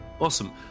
Awesome